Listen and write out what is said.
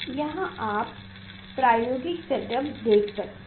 यहां आप प्रायोगिक सेटअप देख सकते हैं